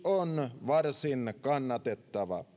on varsin kannatettava